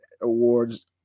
awards